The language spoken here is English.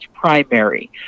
primary